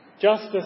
Justice